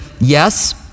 yes